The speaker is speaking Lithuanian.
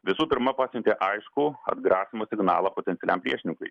visų pirma pasiuntė aiškų atgrasymo signalą potencialiam priešininkui